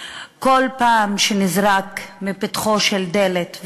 כל פעם שנזרק מפתחה של דלת,